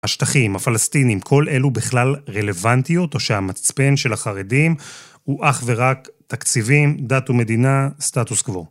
השטחים, הפלסטינים, כל אלו בכלל רלוונטיות, או שהמצפן של החרדים הוא אך ורק תקציבים, דת ומדינה, סטטוס קוו.